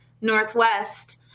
Northwest